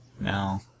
No